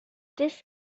this